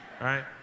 right